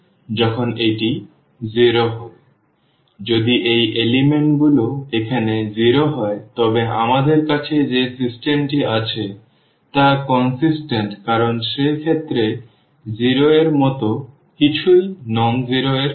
সুতরাং যদি এই উপাদানগুলি এখানে 0 হয় তবে আমাদের কাছে যে সিস্টেমটি আছে তা সামঞ্জস্যপূর্ণ কারণ সে ক্ষেত্রে 0 এর মতো কিছুই অ শূন্য এর সমান নয়